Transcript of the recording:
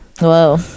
Whoa